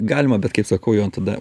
galima bet kaip sakau jo tada